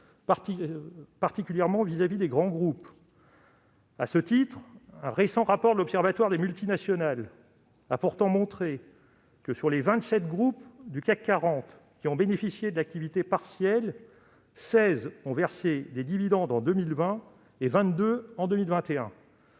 particulièrement vis-à-vis des grands groupes. Un récent rapport de l'Observatoire des multinationales a pourtant montré que, sur les 27 groupes du CAC 40 qui ont bénéficié de l'activité partielle, 16 ont versé des dividendes en 2020 et 22 en 2021.